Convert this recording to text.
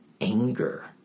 anger